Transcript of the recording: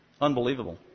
Unbelievable